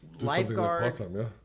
lifeguard